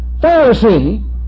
Pharisee